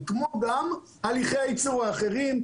כמו גם הליכי הייצור האחרים,